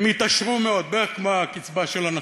הם יתעשרו מאוד, בערך כמו הקצבה של הנכים.